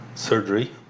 Surgery